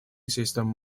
system